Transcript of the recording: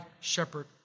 shepherd